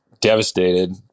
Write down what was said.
devastated